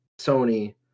Sony